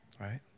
right